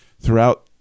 throughout